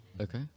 Okay